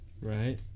Right